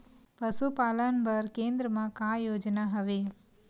पशुपालन बर केन्द्र म का योजना हवे?